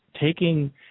taking